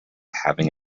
having